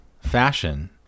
fashion